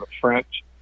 French